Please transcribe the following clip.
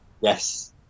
yes